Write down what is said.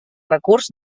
recurs